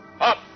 Up